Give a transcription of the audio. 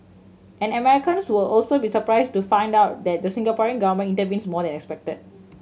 and Americans will also be surprised to find out that the Singapore Government intervenes more than expected